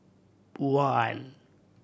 one